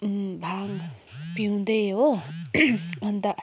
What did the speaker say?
भाङ पिउँदै हो अन्त